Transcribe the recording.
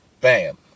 bam